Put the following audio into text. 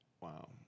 Wow